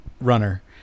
runner